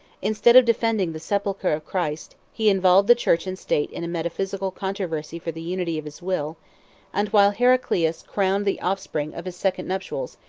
instead of defending the sepulchre of christ, he involved the church and state in a metaphysical controversy for the unity of his will and while heraclius crowned the offspring of his second nuptials,